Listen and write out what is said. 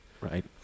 Right